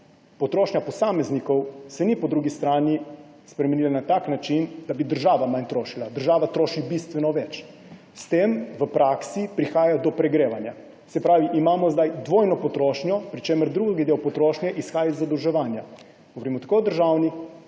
potrošnja posameznikov se po drugi strani ni spremenila na tak način, da bi država trošila manj, država troši bistveno več. S tem v praksi prihaja do pregrevanja. Se pravi, zdaj imamo dvojno potrošnjo, pri čemer drugi del potrošnje izhaja iz zadolževanja. Govorimo tako o državni